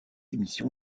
émission